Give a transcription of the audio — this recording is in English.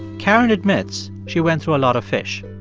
karen admits she went through a lot of fish.